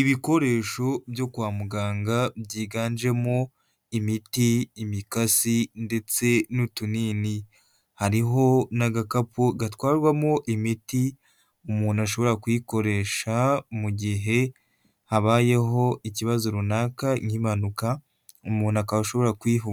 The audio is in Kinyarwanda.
Ibikoresho byo kwa muganga byiganjemo imiti imikasi ndetse n'utunini, hariho n'agakapu gatwarwamo imiti umuntu ashobora kuyikoresha mu gihe habayeho ikibazo runaka nk'impanuka umuntu akaba ashobora kwiha